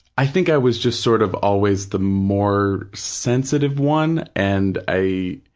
i think i was just sort of always the more sensitive one and i,